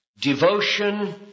devotion